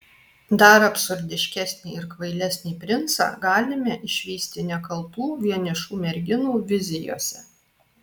dar absurdiškesnį ir kvailesnį princą galime išvysti nekaltų vienišų merginų vizijose